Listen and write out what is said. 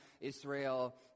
israel